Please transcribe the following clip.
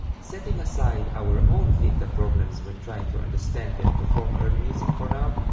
setting aside our own ficta problems when trying to understand and perform early music for now,